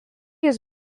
jis